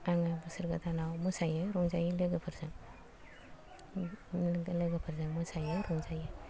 आङो बोसोर गोदानाव मोसायो रंजायो लोगोफोरजों लोगोफोरजों मोसायो रंजायो